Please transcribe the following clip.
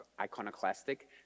iconoclastic